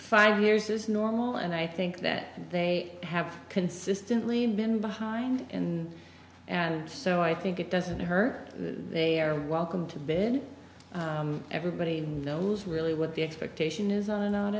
five years is normal and i think that they have consistently been behind and and so i think it doesn't hurt they're welcome to bed everybody knows really what the expectation is on